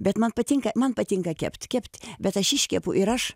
bet man patinka man patinka kept kept bet aš iškepu ir aš